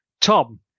Tom